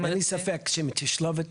אין לי ספק שאם תשלובת